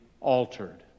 altered